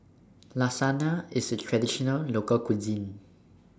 Lasagna IS A Traditional Local Cuisine